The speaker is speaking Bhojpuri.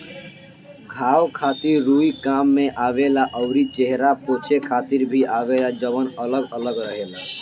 घाव खातिर रुई काम में आवेला अउरी चेहरा पोछे खातिर भी आवेला जवन अलग अलग रहेला